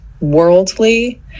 worldly